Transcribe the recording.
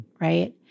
Right